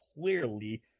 clearly